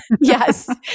Yes